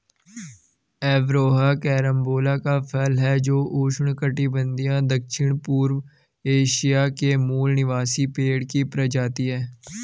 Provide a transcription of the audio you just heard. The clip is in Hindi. एवरोहो कैरम्बोला का फल है जो उष्णकटिबंधीय दक्षिणपूर्व एशिया के मूल निवासी पेड़ की प्रजाति है